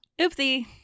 oopsie